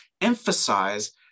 emphasize